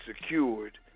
secured